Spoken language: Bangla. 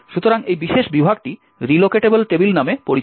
সুতরাং এই বিশেষ বিভাগটি রিলোকেটেবল টেবিল নামে পরিচিত